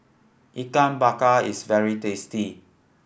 Ikan Bakar is very tasty